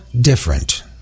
different